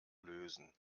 lösen